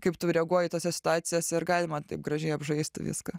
kaip tu reaguoji tose situacijose ir galima taip gražiai apžaisti viską